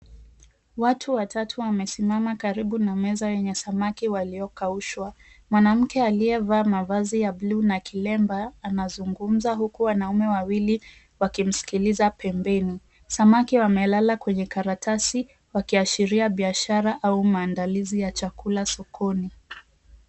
Watu watatu wamesimama karibu na meza yenye samaki waliokaushwa. Mwanamke aliyevaa mavazi ya buluu na kilemba anazungumza huku wanaume wawili wakimsikiliza pembeni. Samaki wamelala kwenye karatasi, wakiashiria biashara au maandalizi ya chakula sokoni.